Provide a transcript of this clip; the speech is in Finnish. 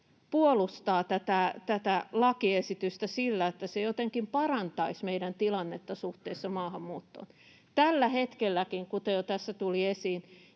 puolustaa tätä lakiesitystä sillä, että se jotenkin parantaisi meidän tilannetta suhteessa maahanmuuttoon. Tällä hetkelläkin, kuten jo tässä tuli esiin,